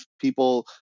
people